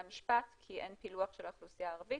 המשפט כי אין פילוח של האוכלוסייה הערבית,